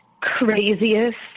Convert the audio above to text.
craziest